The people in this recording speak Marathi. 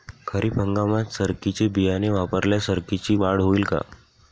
खरीप हंगामात सरकीचे बियाणे वापरल्यास सरकीची वाढ होईल का?